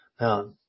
Now